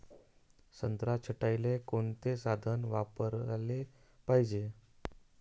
संत्रा छटाईले कोनचे साधन वापराले पाहिजे?